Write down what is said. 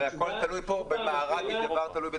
הרי הכול תלוי פה באיזה מארג, שדבר תלוי בדבר.